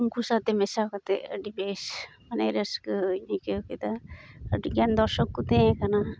ᱩᱱᱠᱩ ᱥᱟᱶᱛᱮ ᱢᱮᱥᱟ ᱠᱟᱛᱮ ᱟᱹᱰᱤ ᱵᱮᱥ ᱢᱟᱱᱮ ᱨᱟᱹᱥᱠᱟᱹᱧ ᱟᱹᱭᱠᱟᱹᱣ ᱠᱮᱫᱟ ᱟᱹᱰᱤ ᱜᱟᱱ ᱫᱚᱨᱥᱚᱠ ᱠᱚ ᱛᱟᱦᱮᱸ ᱠᱟᱱᱟ